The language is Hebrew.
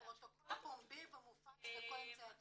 -- הפרוטוקול פומבי ומופץ בכל אמצעי התקשורת.